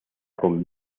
con